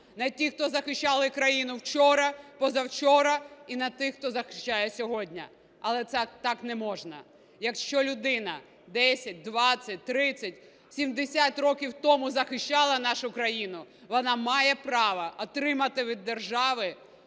на тих, хто захищали країну вчора, позавчора, і на тих, хто захищає сьогодні. Але це так не можна. Якщо людина 10, 20, 30, 70 років тому захищала нашу країну, вона має право отримати від держави